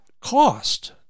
cost